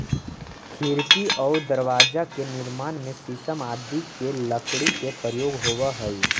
खिड़की आउ दरवाजा के निर्माण में शीशम आदि के लकड़ी के प्रयोग होवऽ हइ